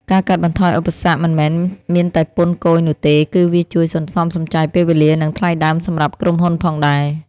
ការកាត់បន្ថយឧបសគ្គមិនមែនមានតែពន្ធគយនោះទេ គឺវាជួយសន្សំសំចៃពេលវេលា និងថ្លៃដើមសម្រាប់ក្រុមហ៊ុនផងដែរ។